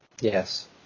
Yes